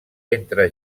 entre